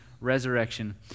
resurrection